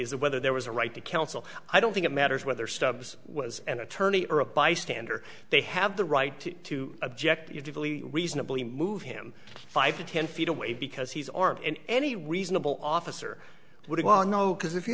is that whether there was a right to counsel i don't think it matters whether stubbs was an attorney or a bystander they have the right to to object usually reasonably move him five to ten feet away because he's armed and any reasonable officer would know because if you